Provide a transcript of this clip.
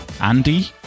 Andy